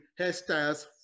hairstyles